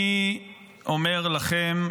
אני אומר לכם,